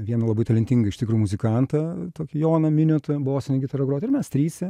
vieną labai talentingą iš tikrų muzikantą tokį joną miniotą bosine gitara grot ir mes trise